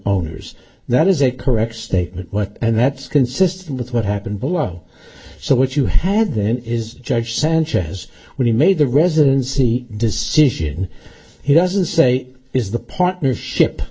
errors that is a correct statement what and that's consistent with what happened below so what you had then is judge sanchez when he made the residency decision he doesn't say is the partnership